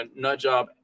nutjob